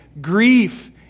grief